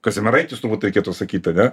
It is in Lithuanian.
kazimieraitis turbūt reikėtų sakyt ane